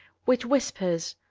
which whispers,